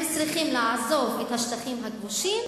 הם צריכים לעזוב את השטחים הכבושים